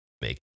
make